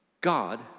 God